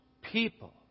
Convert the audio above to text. people